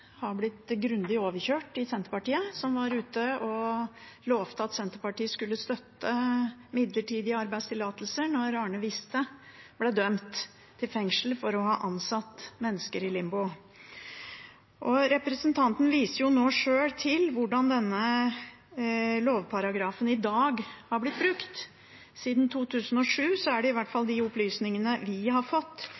har blitt grundig overkjørt i Senterpartiet. Representanten viser nå sjøl til hvordan denne lovparagrafen fram til i dag har blitt brukt. Siden 2007 er det – i hvert fall